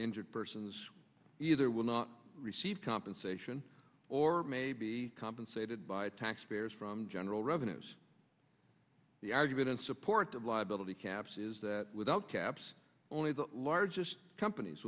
injured persons either will not receive compensation or may be compensated by taxpayers from general revenues the argument in support of liability caps is that without caps only the largest companies